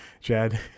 Chad